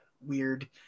weird